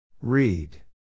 Read